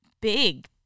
Big